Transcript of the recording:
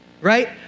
Right